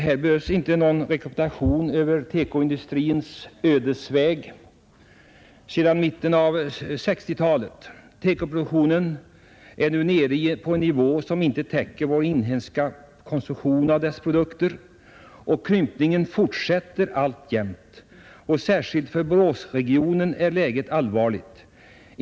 Här behövs inte någon rekapitulation av TEKO-industrins ödesväg sedan mitten av 1960-talet. TEKO-produktionen är nu nere på en nivå som inte täcker vår inhemska konsumtion av dessa produkter och krympningen fortsätter. Särskilt för Boråsregionen är läget allvarligt.